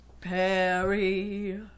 Perry